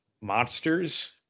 monsters